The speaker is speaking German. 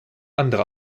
andere